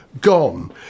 Gone